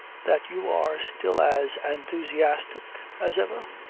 that you are still as enthusiastic as ever.